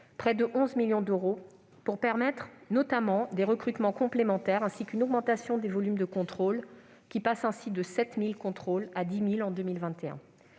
près de 11 millions d'euros, pour permettre notamment des recrutements complémentaires ainsi qu'une augmentation du volume des contrôles, qui passeront ainsi de 7 000 à 10 000 en 2021.